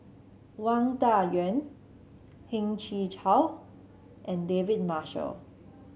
Wang Dayuan Heng Chee How and David Marshall